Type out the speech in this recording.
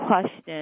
question